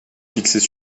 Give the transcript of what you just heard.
fixées